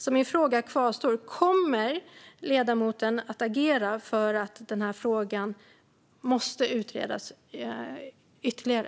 Min fråga kvarstår därför: Kommer ledamoten att agera för att denna fråga ska utredas ytterligare?